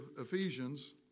Ephesians